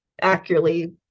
accurately